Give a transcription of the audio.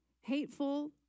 Hateful